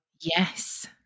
Yes